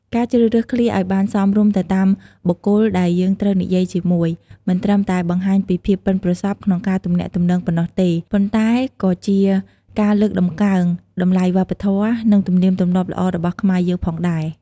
ការជ្រើសរើសឃ្លាឱ្យបានសមរម្យទៅតាមបុគ្គលដែលយើងត្រូវនិយាយជាមួយ មិនត្រឹមតែបង្ហាញពីភាពប៉ិនប្រសប់ក្នុងការទំនាក់ទំនងប៉ុណ្ណោះទេ ប៉ុន្តែក៏ជាការលើកតម្កើងតម្លៃវប្បធម៌ និងទំនៀមទម្លាប់ល្អរបស់ខ្មែរយើងផងដែរ។